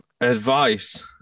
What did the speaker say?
Advice